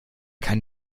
kann